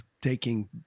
taking